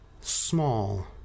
small